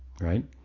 right